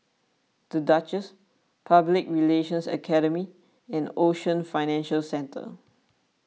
the Duchess Public Relations Academy and Ocean Financial Centre